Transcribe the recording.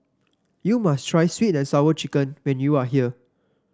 you must try sweet and Sour Chicken when you are here